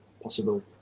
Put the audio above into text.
possible